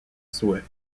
souhait